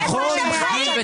איפה אתם חיים?